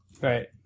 Right